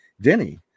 Denny